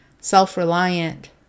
self-reliant